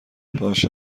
باشه